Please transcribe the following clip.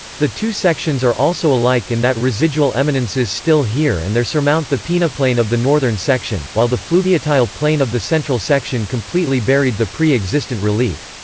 the two sections are also alike in that residual eminences still here and there surmount the peneplain of the northern section, while the fluviatile plain of the central section completely buried the pre-existent relief.